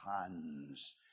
hands